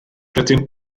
rydym